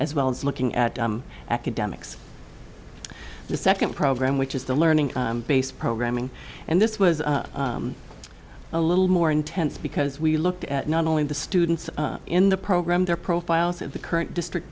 as well as looking at academics the second program which is the learning based programming and this was a little more intense because we looked at not only the students in the program their profiles of the current district